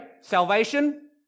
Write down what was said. Salvation